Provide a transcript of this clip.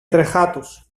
τρεχάτος